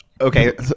okay